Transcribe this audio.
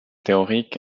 théorique